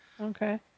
Okay